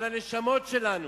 על הנשמות שלנו,